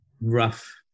rough